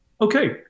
Okay